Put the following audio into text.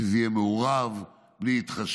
שזה יהיה מעורב, בלי התחשבות,